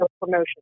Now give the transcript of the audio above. promotion